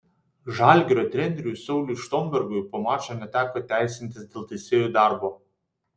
žalgirio treneriui sauliui štombergui po mačo neteko teisintis dėl teisėjų darbo